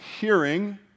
hearing